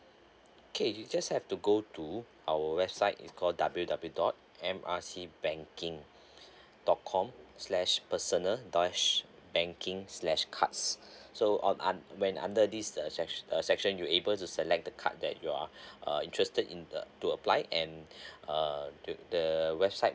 okay you just have to go to our website is called W W dot M R C banking dot com slash personal dash banking slash cards so uh on un when under this uh section you able to select the card that you are uh interested in uh to apply and err the the website